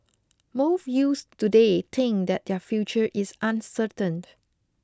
most youths today think that their future is uncertain